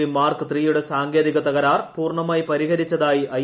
V mark ത്രീയുടെ സാങ്കേതിക തകരാർ പൂർണ്ണമായി പരിഹരിച്ചതായി ഐ